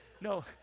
No